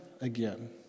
again